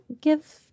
give